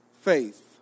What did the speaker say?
faith